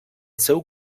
seu